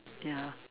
ya